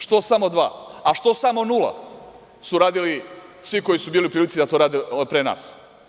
Što samo dva, a što samo nula, su radili svi koji su bili u prilici da to rade pre nas?